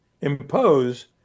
impose